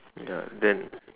ya then